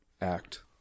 act